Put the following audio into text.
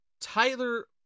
Tyler